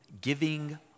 giving